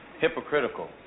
hypocritical